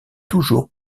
toujours